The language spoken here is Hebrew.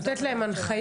שאת נותנת להם הנחיות,